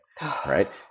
right